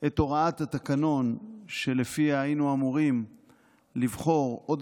את הוראת התקנון שלפיה היינו אמורים לבחור בעוד